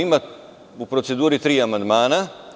Imamo u proceduri tri amandmana.